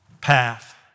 path